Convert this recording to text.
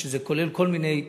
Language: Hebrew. שזה כולל כל מיני,